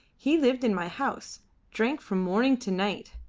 he lived in my house drank from morning to night.